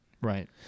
Right